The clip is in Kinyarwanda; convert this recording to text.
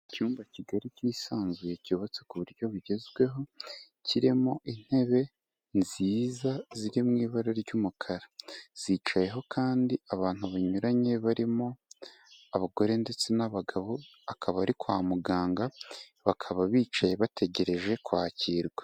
Icyumba kigari kisanzuye cyubatse ku buryo bigezweho, kirimo intebe nziza zirimo ibara ry'umukara, zicayeho kandi abantu banyuranye barimo abagore ndetse n'abagabo, akaba ari kwa muganga, bakaba bicaye bategereje kwakirwa.